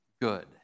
good